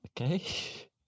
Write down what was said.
Okay